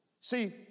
See